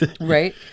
Right